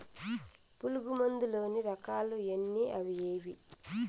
పులుగు మందు లోని రకాల ఎన్ని అవి ఏవి?